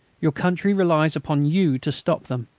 your country relies upon you to stop them.